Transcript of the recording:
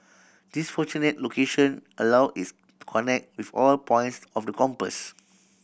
this fortunate location allow its to connect with all points of the compass